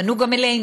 פנו גם אלינו,